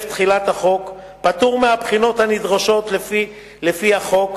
תחילת החוק פטור מהבחינות הנדרשות לפי החוק.